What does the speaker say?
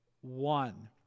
One